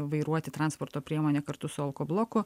vairuoti transporto priemonę kartu su alko bloku